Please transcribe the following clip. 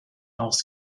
aus